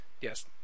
Yes